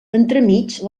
entremig